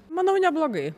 manau neblogai